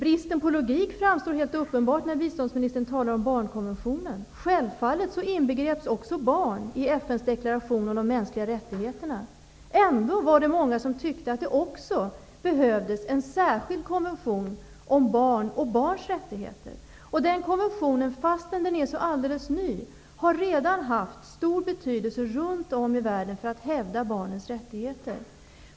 Bristen på logik framstår helt uppenbart när biståndsministern talar om barnkonventionen. Självfallet inbegreps också barn i FN:s deklaration om de mänskliga rättigheterna. Ändå var det många som tyckte att det också behövdes en särskild konvention om barn och barns rättigheter. Den konventionen, fastän den är alldeles ny, har redan haft stor betydelse runt om i världen för att hävda barnens rättigheter.